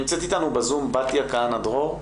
נמצאת איתנו בזום בתיה כהנא דרור?